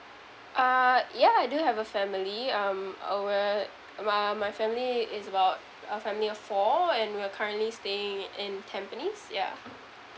ah yeah I do have a family um our um my family is about a family of four and we're currently staying in tampines yeah